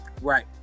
Right